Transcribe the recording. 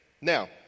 Now